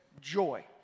joy